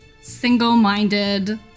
single-minded